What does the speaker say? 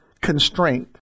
constraint